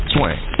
Swing